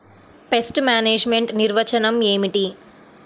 Pest management నిర్వచనం ఏమిటి?